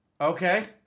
Okay